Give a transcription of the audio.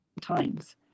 times